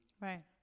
right